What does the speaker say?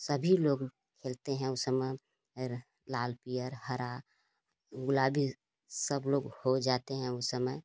सभी लोग खेलते हैं उस समय फिर लाल पियर हरा गुलाबी सब लोग हो जाते हैं उस समय